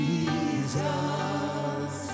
Jesus